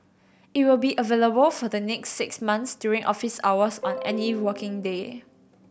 it will be available for the next six months during office hours on any working day